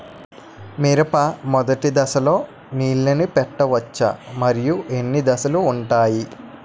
మిరప మొదటి దశలో నీళ్ళని పెట్టవచ్చా? మరియు ఎన్ని దశలు ఉంటాయి?